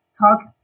talk